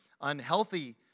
unhealthy